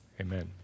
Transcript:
amen